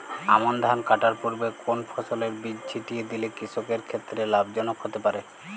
আমন ধান কাটার পূর্বে কোন ফসলের বীজ ছিটিয়ে দিলে কৃষকের ক্ষেত্রে লাভজনক হতে পারে?